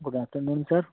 good after noon sir